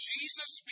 Jesus